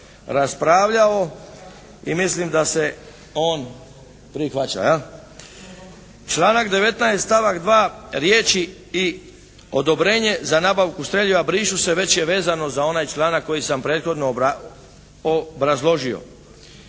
raspravljao i mislim da se on prihvaća. Članak 19. stavak 2. riječi i odobrenje za nabavku streljiva brišu se već je vezano za onaj članak koji sam prethodno obrazložio.